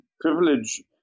privilege